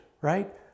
right